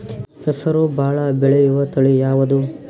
ಹೆಸರು ಭಾಳ ಬೆಳೆಯುವತಳಿ ಯಾವದು?